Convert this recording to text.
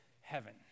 Heaven